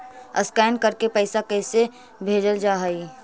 Scan करके पैसा कैसे भेजल जा हइ?